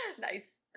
nice